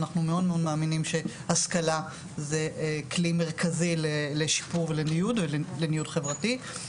אנחנו מאוד מאמינים שהשכלה זה כלי מרכזי לשיפור ולניוד חברתי.